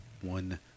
one